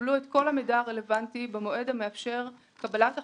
יקבלו את כל המידע הרלוונטי במועד המאפשר קבלת החלטות,